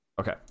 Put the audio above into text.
Okay